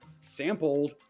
sampled